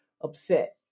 upset